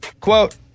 Quote